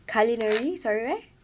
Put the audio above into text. culinary sorry where